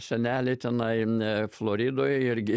seneliai tenai floridoj irgi